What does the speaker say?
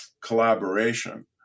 collaboration